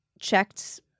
checked